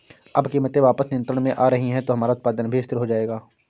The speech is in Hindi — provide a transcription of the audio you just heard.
अब कीमतें वापस नियंत्रण में आ रही हैं तो हमारा उत्पादन भी स्थिर हो जाएगा